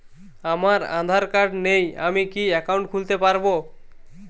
আমার আধার কার্ড নেই আমি কি একাউন্ট খুলতে পারব?